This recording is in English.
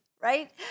right